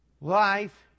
Life